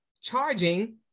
charging